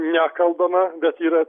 nekalbama bet yra